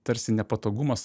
tarsi nepatogumas